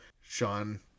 Sean